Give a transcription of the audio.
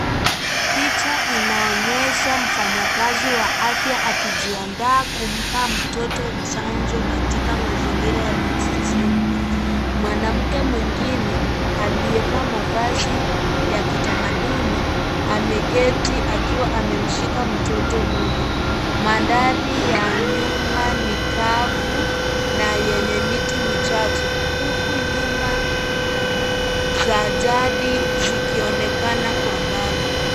Picha inaonyesha mfanyakaza wa afya akijiandaa kumpa mtoto chanjo katika mazingira ya vijijini. Mwanamke mwengine aliyevaa mavazi ya kitamaduni ameketi akiwa amemshika mtoto huyo. Mandhari ya nyuma ni kavu na yenye miti michache huku nyuma za jadi zikionekana kwa mbali.